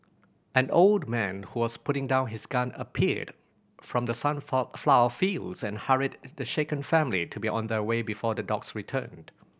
an old man who was putting down his gun appeared from the sun flower fields and hurried the shaken family to be on their way before the dogs return